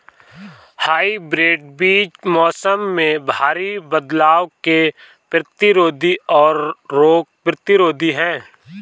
hybrid बीज मौसम में भारी बदलाव के प्रतिरोधी और रोग प्रतिरोधी हैं